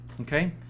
okay